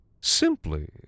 simply